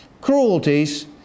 cruelties